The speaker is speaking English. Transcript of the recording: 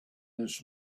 this